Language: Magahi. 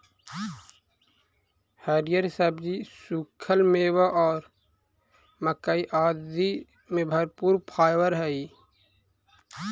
हरिअर सब्जि, सूखल मेवा और मक्कइ आदि में भरपूर फाइवर हई